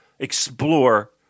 explore